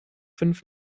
fünf